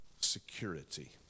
security